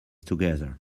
together